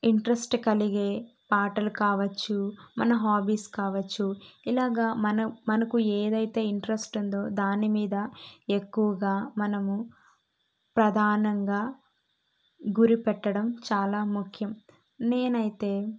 interest కలిగే పాటలు కావచ్చు మన హాబీస్ కావచ్చు ఇలాగా మన మనకు ఏదైతే ఇంట్రెస్ట్ ఉందో దాని మీద ఎక్కువగా మనము ప్రధానంగా గురి పెట్టడం చాలా ముఖ్యం నేనైతే